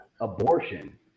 abortion